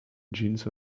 jeans